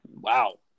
Wow